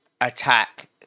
attack